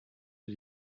für